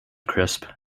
crisp